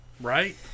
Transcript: right